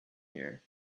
here